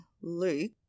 Luke